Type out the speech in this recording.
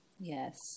Yes